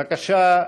בבקשה,